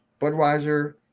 Budweiser